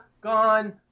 gone